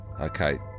Okay